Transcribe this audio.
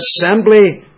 assembly